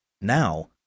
Now